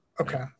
okay